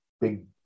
big